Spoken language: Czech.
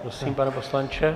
Prosím, pane poslanče.